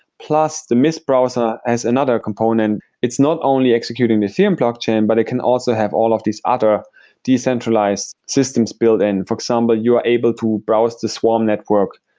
plus, the mist browser has another component. it's not only executing the ethereum blockchain, but it can also have all of these other decentralized systems built in. for example, you are able to browse the swarm network.